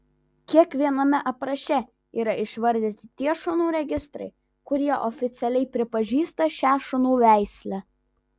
kiekviename apraše yra išvardyti tie šunų registrai kurie oficialiai pripažįsta šią šunų veislę